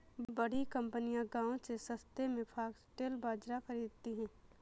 बड़ी कंपनियां गांव से सस्ते में फॉक्सटेल बाजरा खरीदती हैं